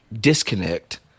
disconnect